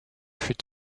fut